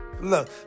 Look